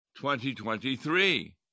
2023